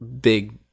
big